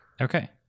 Okay